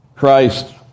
Christ